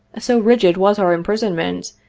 so rigid was our imprisonment,